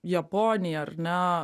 japonija ar ne